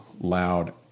loud